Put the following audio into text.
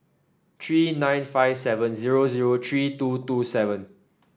three nine five seven zero zero three two two seven